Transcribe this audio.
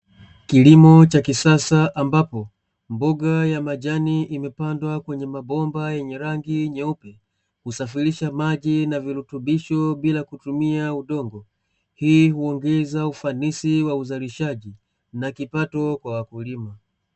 Kilimo cha kisasa ambapo mboga ya majani imepandwa kwenye mabomba yenye rangi nyeupe husafirisha maji na virutubisho bila kutumia udongo. Hii huongeza ufanisi wa uzalishaji na kipato kwa wakulima.